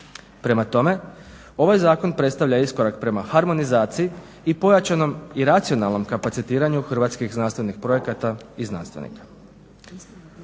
Prema tome, ovaj zakon predstavlja iskorak prema harmonizaciji i pojačanom i racionalnom kapacitiranju hrvatskih znanstvenih projekata i znanstvenika.